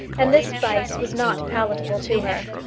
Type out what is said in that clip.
and this advice was not palatable to her.